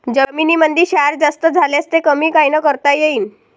जमीनीमंदी क्षार जास्त झाल्यास ते कमी कायनं करता येईन?